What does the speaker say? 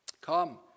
come